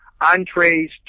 entrees